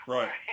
Right